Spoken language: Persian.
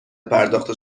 پرداخت